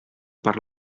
per